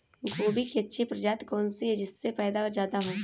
गोभी की अच्छी प्रजाति कौन सी है जिससे पैदावार ज्यादा हो?